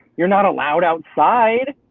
you're not allowed outside.